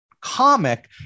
comic